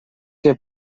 què